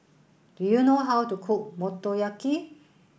do you know how to cook Motoyaki